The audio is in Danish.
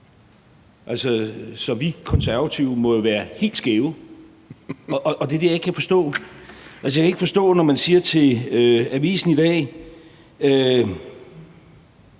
Så »vi« Konservative må jo være helt skæve, og det er det, jeg ikke kan forstå. Jeg kan ikke forstå, når man siger til avisen i dag,